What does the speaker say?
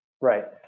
Right